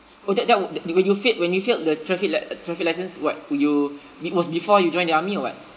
oh that that were when you failed when you failed the traffic li~ traffic license what were you be~ was before you join the army or [what]